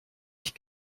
ich